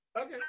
Okay